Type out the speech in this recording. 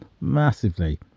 Massively